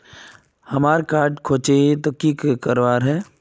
हमार कार्ड खोजेई तो की करवार है?